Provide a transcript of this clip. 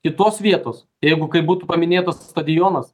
kitos vietos jeigu kaip būtų paminėtas stadionas